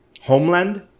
Homeland